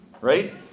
right